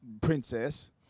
Princess